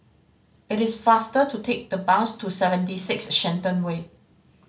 it is faster to take the bus to Seventy Six Shenton Way